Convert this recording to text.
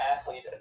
athlete